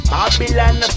Babylon